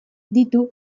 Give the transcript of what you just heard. ditu